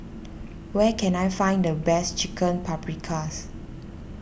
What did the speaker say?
where can I find the best Chicken Paprikas